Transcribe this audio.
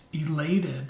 elated